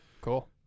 cool